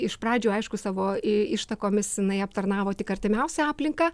iš pradžių aišku savo ištakomis jinai aptarnavo tik artimiausią aplinką